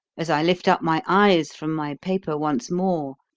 as i lift up my eyes from my paper once more,